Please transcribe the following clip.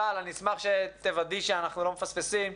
טל, אשמח שתוודאי שאנחנו לא מפספסים.